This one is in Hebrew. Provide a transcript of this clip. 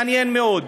מעניין מאוד,